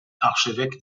archevêque